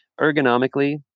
ergonomically